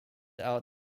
out